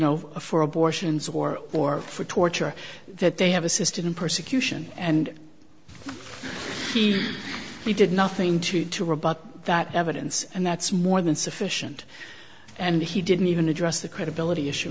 know for abortions or or for torture that they have assisted in persecution and we did nothing to you to rebut that evidence and that's more than sufficient and he didn't even address the credibility issue